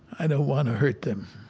and want to hurt them.